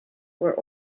were